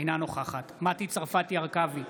אינה נוכחת מטי צרפתי הרכבי,